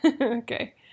Okay